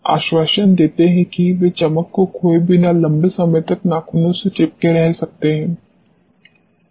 आश्वासन देंते है कि वे चमक को खोए बिना लंबे समय तक नाखूनों से चिपके रह सकते हैं